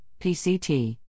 PCT